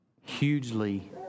hugely